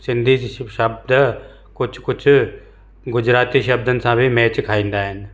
सिंधी जी शब्द कुझु कुझु गुजराती शब्दनि सां बि मैच खाईंदा आहिनि